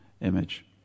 image